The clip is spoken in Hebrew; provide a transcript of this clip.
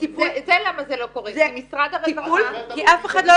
זה למה זה לא קורה כי משרד הרווחה ----- סליחה,